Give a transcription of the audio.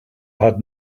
had